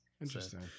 Interesting